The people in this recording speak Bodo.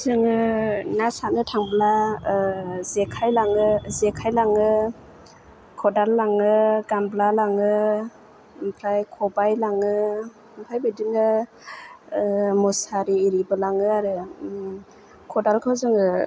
जोङो ना सारनो थांब्ला जेखाइ लाङो खदाल लाङो गामब्ला लाङो ओमफ्राय खबाइ लाङो ओमफाय बिदिनो मुसारि एरिबो लाङो आरो खदालखौ जोङो